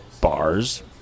bars